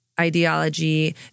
ideology